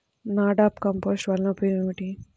NADEP compost వలన ఉపయోగం ఏమిటి?